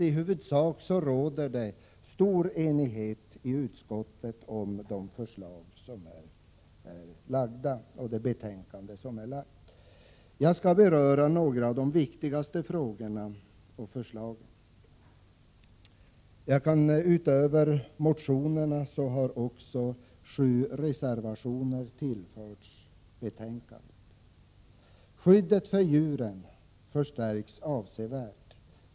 I huvudsak råder det stor enighet i utskottet om de förslag som är lagda. Jag skall beröra några av de viktigaste frågorna och förslagen. Utöver motioner i detta ärende har sju reservationer fogats till betänkandet. Skyddet för djuren kommer att förstärkas avsevärt.